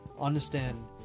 understand